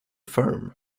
firm